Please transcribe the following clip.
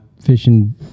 fishing